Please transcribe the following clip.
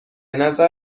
نظر